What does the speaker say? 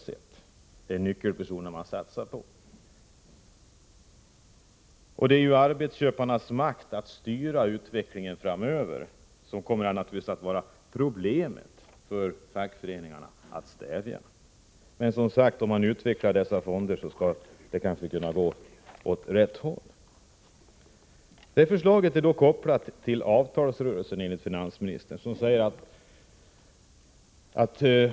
Det är nyckelpersonerna man satsar på — det är den utveckling vi har sett. Det är arbetsköparnas makt att styra utvecklingen framöver som det kommer att vara ett problem för fackföreningarna att stävja. Men om man utvecklar dessa fonder skall det kanske gå åt rätt håll. Förslaget är enligt finansministern kopplat till avtalsrörelsen.